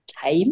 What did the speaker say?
time